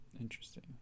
Interesting